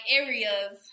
areas